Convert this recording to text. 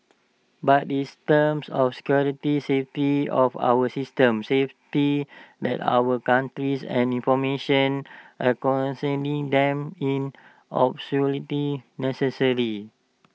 but this terms of security safety of our system safety that our countries and information them in absolutely necessary